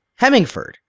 Hemingford